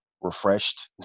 refreshed